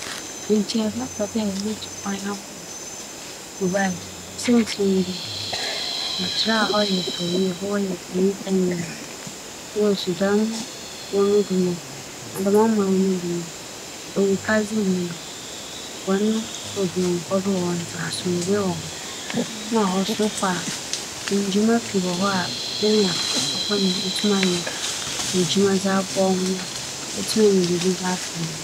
Sɛ merenya akwanya akͻ beebiara a mepɛ seseiara, nkyɛ ͻman a mobͻkͻ mu nye 'South Afriͻa'. South Afriͻa wͻ ebibir mu ha ara mbom akɛyɛ dɛ ebibir mu aborͻkyir. Siantsir a mereka dɛm nye dɛ, m'atsetse dɛ hͻ yɛ fɛw ara yie na no mu adan na mbrɛ woesi esisi hͻn bea wͻdze bͻ bͻͻl tsitsir ntsi na ͻbɛma mobͻkͻ hͻ.